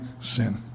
sin